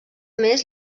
més